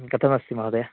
कथमस्ति महोदय